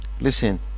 listen